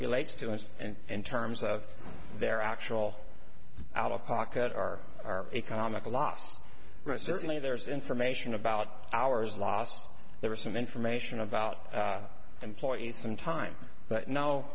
relates to us and in terms of their actual out of pocket our our economical last rights certainly there's information about ours last there were some information about employees some time but no